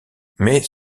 mais